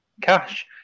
cash